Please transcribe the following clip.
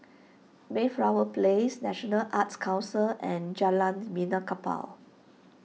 Mayflower Place National Arts Council and Jalan Benaan Kapal